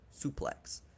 suplex